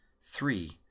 Three